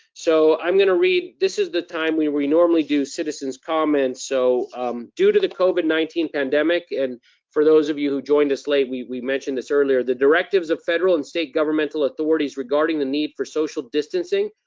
so i'm gonna read, this is the time where we normally do citizens' comments, so due to the covid nineteen pandemic, and for those of you who joined us late, we we mentioned this earlier, the directives of federal and state governmental authorities regarding the need for social distancing,